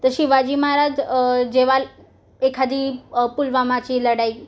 तर शिवाजी महाराज जेव्हा एखादी पुलवामाची लडाई